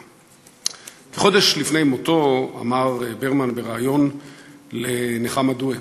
והוא בן 100. כחודש לפני מותו אמר ברמן בריאיון לנחמה דואק: